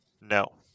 No